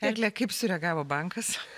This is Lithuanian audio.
egle kaip sureagavo bankas